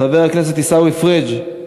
חבר הכנסת עיסאווי פריג' מוותר,